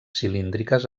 cilíndriques